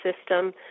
system